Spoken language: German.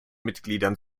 mitgliedern